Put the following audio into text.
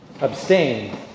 Abstain